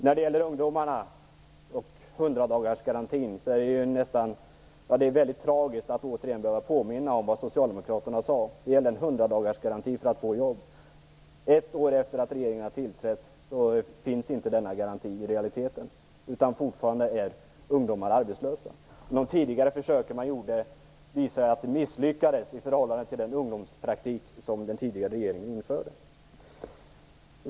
När det gäller ungdomarna och 100 dagarsgarantin är det väldigt tragiskt att återigen behöva påminna om vad socialdemokraterna tidigare sade. Ett år efter att regeringen har tillträtt finns inte denna garanti i realiteten, utan ungdomar är fortfarande arbetslösa. De tidigare försök man gjorde visade sig bli ett misslyckande i förhållande till den ungdomspraktik som den tidigare regeringen införde.